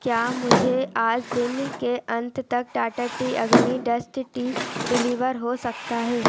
क्या मुझे आज दिन के अंत तक Tata tea Agni dust tea deliver हो सकता है